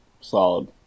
Solid